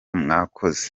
mwakoze